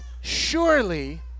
surely